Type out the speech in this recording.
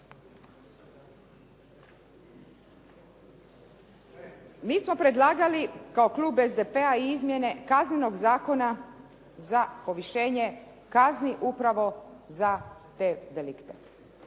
Mi smo predlagali kao klub SDP-a i izmjene Kaznenog zakona za povišenje kazni upravo za te delikte.